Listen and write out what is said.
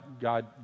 God